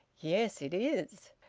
yes, it is.